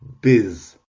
biz